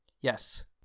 Yes